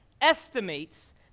estimates